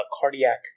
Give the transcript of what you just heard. cardiac